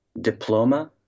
diploma